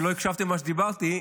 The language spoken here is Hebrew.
שלא הקשבתם למה שדיברתי,